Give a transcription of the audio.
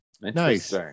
nice